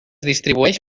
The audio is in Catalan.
distribueix